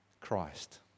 Christ